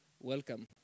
Welcome